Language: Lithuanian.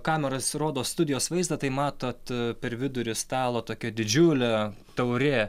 kameros rodo studijos vaizdą tai matot per vidurį stalo tokia didžiulė taurė